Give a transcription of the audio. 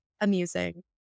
amusing